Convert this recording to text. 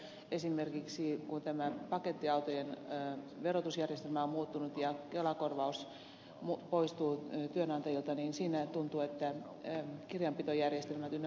nyt tuntuu siltä että kun esimerkiksi tämä pakettiautojen verotusjärjestelmä on muuttunut ja kelakorvaus poistuu työnantajilta niin kirjanpitojärjestelmät ynnä muuta